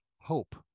hope